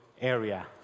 area